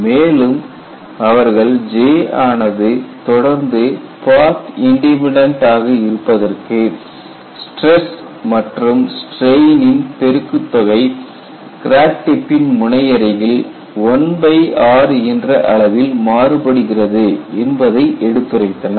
மேலும் அவர்கள் J ஆனது தொடர்ந்து பாத் இண்டிபெண்டன்ட் ஆக இருப்பதற்கு ஸ்டிரஸ் மற்றும் ஸ்ட்ரெயினின் பெருக்குத் தொகை கிராக் டிப்பின் முனை அருகில் 1r என்ற அளவில் மாறுபடுகிறது என்பதை எடுத்துரைத்தனர்